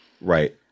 Right